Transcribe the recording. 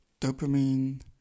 dopamine